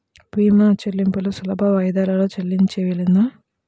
భీమా చెల్లింపులు సులభ వాయిదాలలో చెల్లించే వీలుందా?